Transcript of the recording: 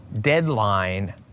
deadline